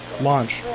Launch